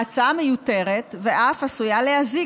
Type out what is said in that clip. ההצעה מיותרת ואף עשויה להזיק,